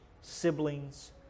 siblings